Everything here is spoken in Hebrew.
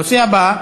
הנושא הבא: